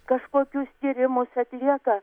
kažkokius tyrimus atlieka